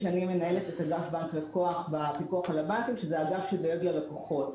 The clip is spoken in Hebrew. אני מנהלת את אגף בנק לקוח בפיקוח על הבנקים שזה אגף שדואג ללקוחות,